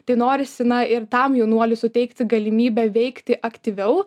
tai norisi na ir tam jaunuoliui suteikti galimybę veikti aktyviau